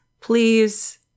please